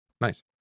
Nice